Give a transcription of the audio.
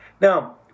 Now